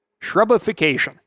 shrubification